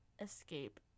escape